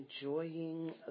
enjoying